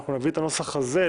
נביא את הנוסח הזה,